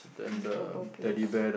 herbal pill